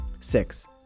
Six